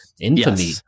infamy